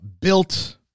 built